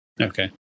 okay